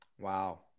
Wow